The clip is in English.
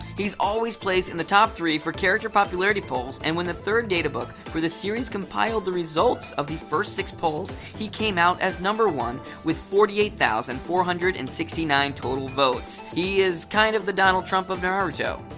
he's always placed in the top three for character popularity polls, and when the third databook for the series compiled the results of the first six polls, he came out as number one with forty eight thousand four hundred and sixty nine total votes. he is kinda kind of the donald trump of naruto.